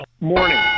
morning